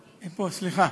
היא פה, סליחה.